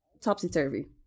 topsy-turvy